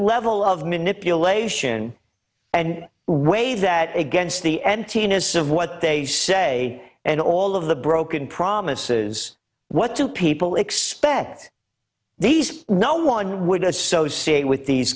level of manipulation and weigh that against the emptiness of what they say and all of the broken promises what do people expect these no one would associate with these